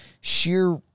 sheer